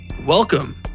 welcome